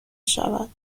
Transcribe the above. شود